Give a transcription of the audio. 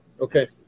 Okay